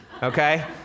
Okay